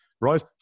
right